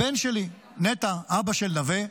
הבן שלי נטע, אבא של נווה,